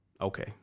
Okay